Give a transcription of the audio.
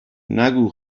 نگو